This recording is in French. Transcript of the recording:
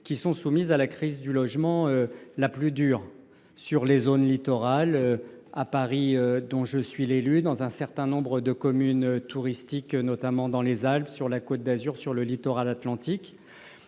qui sont soumises à la crise du logement la plus dure : dans les zones littorales, à Paris, dont je suis l’élu, dans un certain nombre de communes touristiques, notamment dans les Alpes, sur la Côte d’Azur, sur le littoral atlantique.